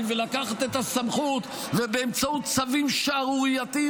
ולקחת את הסמכות ובאמצעות צווים שערורייתיים,